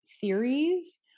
theories